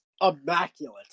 immaculate